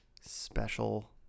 special